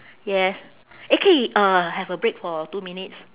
yes eh K uh have a break for two minutes